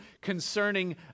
concerning